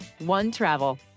OneTravel